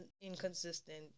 inconsistent